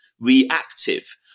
reactive